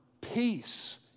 peace